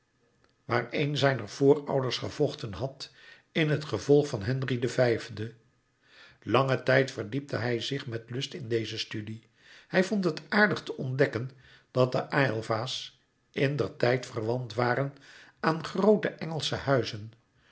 waar een zijner voorouders gevochten had in het gevolg van henry v langen tijd verdiepte hij zich met lust in deze studie hij vond het aardig te ontdekken dat de aylva's indertijd verwant waren aan groote engelsche huizen